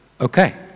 okay